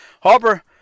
harper